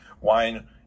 wine